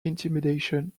intimidation